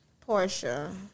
Portia